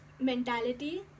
mentality